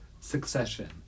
Succession